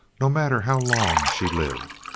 no matter how long she lived.